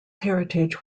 heritage